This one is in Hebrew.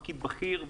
פקיד בכיר,